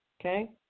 Okay